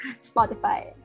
Spotify